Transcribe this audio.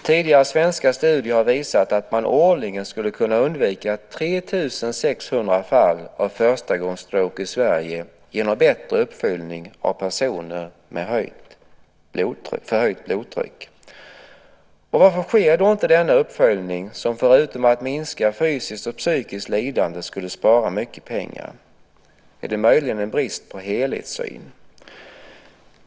Tidigare svenska studier har visat att man årligen skulle kunna undvika 3 600 fall av förstagångsstroke i Sverige genom bättre uppföljning av personer med förhöjt blodtryck. Varför sker då inte denna uppföljning, som förutom att minska fysiskt och psykiskt lidande skulle spara mycket pengar? Är det möjligen en brist på helhetssyn?